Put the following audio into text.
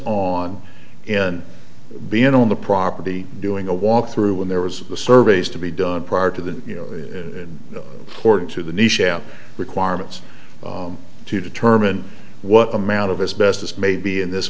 on in being on the property doing a walkthrough when there was the surveys to be done prior to the floor to the requirements to determine what amount of as best as may be in this